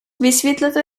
vysvětlete